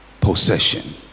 possession